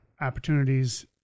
opportunities